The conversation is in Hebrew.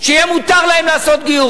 שיהיה מותר להן לעשות גיור.